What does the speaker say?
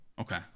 Okay